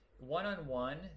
One-on-one